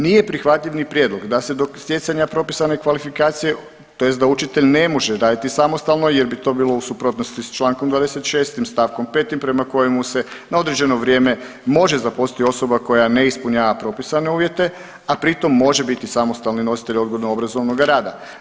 Nije prihvatljiv ni prijedlog da se do stjecanja propisane kvalifikacije tj. da učitelj ne može raditi samostalno jer bi to bilo u suprotnosti s Člankom 26. stavkom 5. prema kojemu se na određeno vrijeme može zaposliti osoba koja ne ispunjava propisane uvjete, a pri tom može biti samostalni nositelj odgojno obrazovnoga rada.